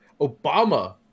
Obama